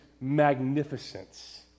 magnificence